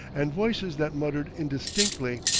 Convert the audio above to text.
and voices that muttered indistinctly.